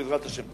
בעזרת השם.